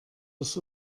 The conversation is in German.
das